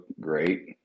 great